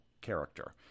character